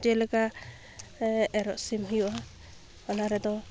ᱡᱮᱞᱮᱠᱟ ᱮᱨᱚᱜ ᱥᱤᱢ ᱦᱩᱭᱩᱜᱼᱟ ᱚᱱᱟᱨᱮ ᱫᱚ